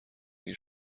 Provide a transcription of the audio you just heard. اگه